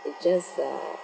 it just ah